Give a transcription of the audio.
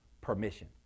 permission